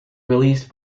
released